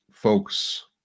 Folks